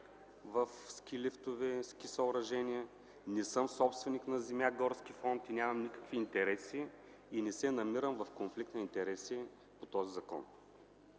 в ски-лифтове, ски-съоръжения и не съм собственик на земя-горски фонд, нямам никакви интереси и не се намирам в конфликт на интереси по този закон.